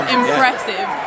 impressive